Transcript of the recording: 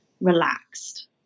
relaxed